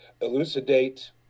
elucidate